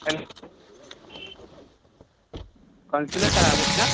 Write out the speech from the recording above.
hello concealer का